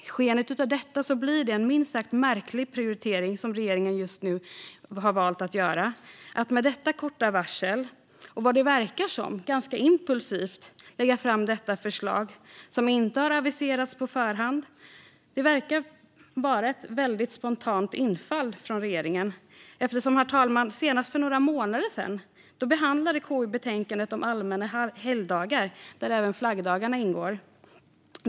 I skenet av detta blir det en minst sagt märklig prioritering som regeringen nu valt att göra. Med detta korta varsel, och vad det verkar som ganska impulsivt, lägger regeringen fram detta förslag som inte har aviserats på förhand. Det verkar vara ett väldigt spontant infall från regeringen. Herr talman! Senast för några månader sedan behandlade KU betänkandet om allmänna helgdagar där även flaggdagarna ingår.